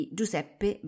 Giuseppe